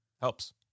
Helps